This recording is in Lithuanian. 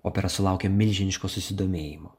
opera sulaukė milžiniško susidomėjimo